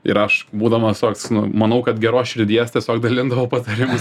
ir aš būdamas toks nu manau kad geros širdies tiesiog dalindavau patarimus